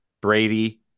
Brady